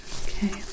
okay